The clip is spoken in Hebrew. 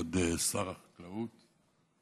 כבוד שר החקלאות,